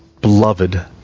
beloved